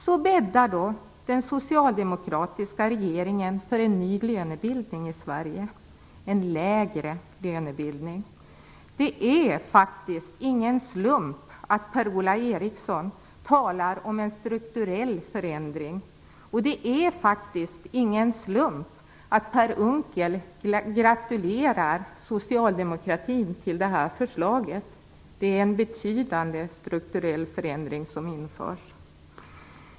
Så bäddar då den socialdemokratiska regeringen för en ny lönebildning i Sverige - en lägre lönebildning. Det är faktiskt ingen slump att Per-Ola Eriksson talar om en strukturell förändring. Det är faktiskt inte heller någon slump att Per Unckel gratulerar socialdemokratin till det här förslaget. Det är en betydande strukturell förändring som införs.